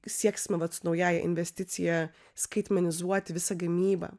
sieksime vat su naująja investicija skaitmenizuoti visą gamybą